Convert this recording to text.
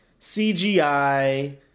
CGI